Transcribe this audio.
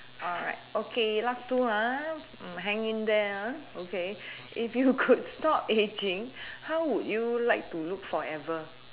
alright okay last two ah mm hang in there ah okay if you could stop aging how would you like to look forever